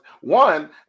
one